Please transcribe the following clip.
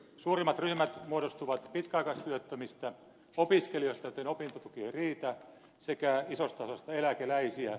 suurimmat ryhmät muodostuvat pitkäaikaistyöttömistä opiskelijoista joitten opintotuki ei riitä sekä isosta osasta eläkeläisiä